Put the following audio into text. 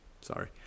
sorry